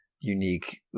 unique